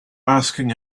asking